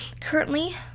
currently